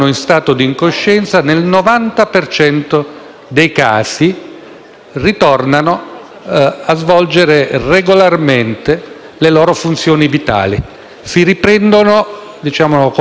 ritornano a svolgere regolarmente le loro funzioni vitali; si riprendono, diciamo con il linguaggio corrente, al cento